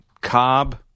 Cobb